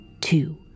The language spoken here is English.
two